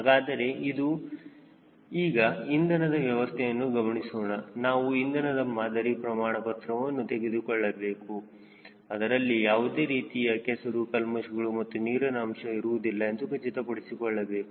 ಹಾಗಾದರೆ ಈಗ ಇಂಧನದ ವ್ಯವಸ್ಥೆಯನ್ನು ಗಮನಿಸೋಣ ನಾವು ಇಂಧನದ ಮಾದರಿ ಪ್ರಮಾಣವನ್ನು ತೆಗೆದುಕೊಳ್ಳಬೇಕು ಅದರಲ್ಲಿ ಯಾವುದೇ ರೀತಿಯ ಕೆಸರು ಕಲ್ಮಶಗಳು ಮತ್ತು ನೀರಿನ ಅಂಶ ಇರುವುದಿಲ್ಲ ಎಂದು ಖಚಿತಪಡಿಸಿಕೊಳ್ಳಬೇಕು